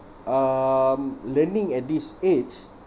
um learning at this age